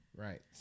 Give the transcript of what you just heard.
Right